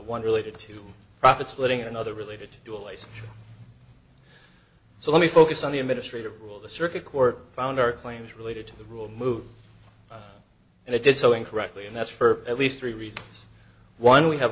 one related to profit splitting and other related to always so let me focus on the administrative rule the circuit court found our claims related to the rule move and it did so incorrectly and that's for at least three reasons one we have